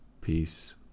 peace